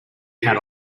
cat